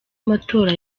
amatora